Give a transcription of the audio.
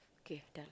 kay done